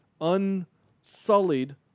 unsullied